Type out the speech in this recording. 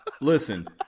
Listen